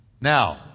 Now